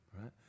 right